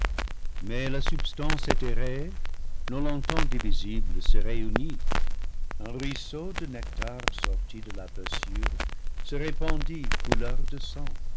mais la substance éthérée non longtemps divisible se réunit un ruisseau de nectar sortit de la blessure se répandit couleur de sang